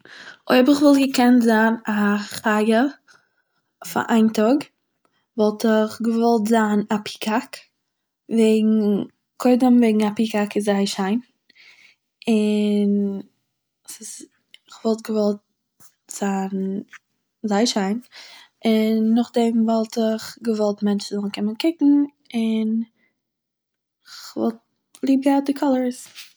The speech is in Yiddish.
אויב איך וואלט געקענט זיין א חיה פאר איין טאג, וואלט איך געוואלט זיין א פיקאק, וועגן- קודם וועגן א פיקאק איז זייער שיין און, ס'איז- איך וואלט געוואלט זיין זייער שיין, און נאכדעם וואלט איך געוואלט מענטשן זאלן קומען קוקן, און איך וואלט ליב געהאט די קאלערס